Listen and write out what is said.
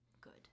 Good